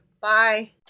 Bye